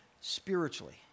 spiritually